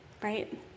right